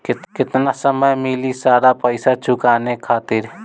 केतना समय मिली सारा पेईसा चुकाने खातिर?